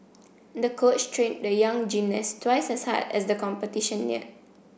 the coach trained the young gymnast twice as hard as the competition neared